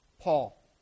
Paul